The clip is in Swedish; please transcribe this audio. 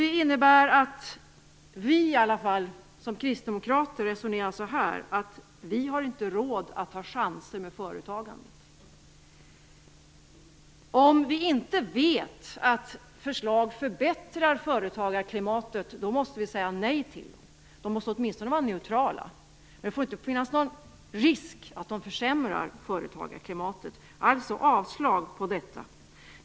Det innebär att vi kristdemokrater resonerar att vi inte har råd att ta chanser med företagandet. Om vi inte vet att förslag förbättrar företagarklimatet, måste vi säga nej till dem. De måste åtminstone vara neutrala. Det får inte finnas någon risk för att de försämrar företagarklimatet. Alltså yrkar jag avslag på förslaget.